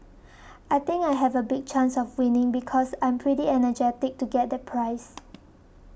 I think I have a big chance of winning because I'm pretty and energetic to get the prize